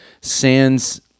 sands